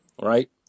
right